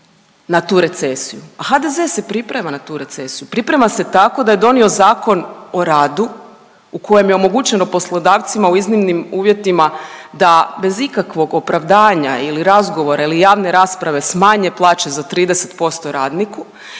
na tu recesiju. A HDZ se priprema na tu recesiju. Priprema se tako da je donio Zakon o radu u kojem je omogućeno poslodavcima u iznimnim uvjetima da bez ikakvog opravdanja ili razgovora ili javne rasprave smanje plaće za 30% radniku.